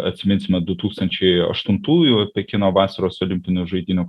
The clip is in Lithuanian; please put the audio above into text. atsiminsime du tūkstančiai aštuntųjų pekino vasaros olimpinių žaidynių